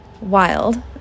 Wild